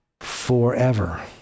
forever